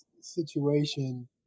situation